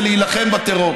ולהילחם בטרור.